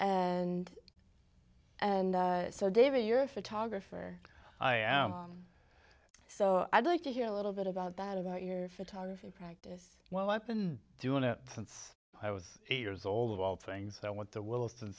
and and so david you're a photographer i am so i'd like to hear a little bit about that about your photography practice well i've been doing it since i was eight years old of all things i want the wilson